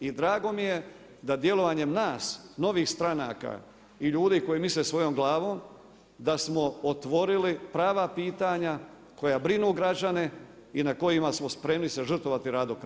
I drago mi je da djelovanjem nas novih stranaka i ljudi koji misle svojom glavom, da smo otvorili prava pitanja koja brinu građane i na kojima smo spremni se žrtvovati i raditi do kraja.